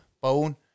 bone